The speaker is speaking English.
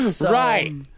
Right